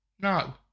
no